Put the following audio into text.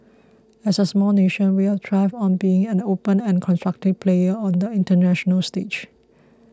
as a small nation we have thrived on being an open and constructive player on the international stage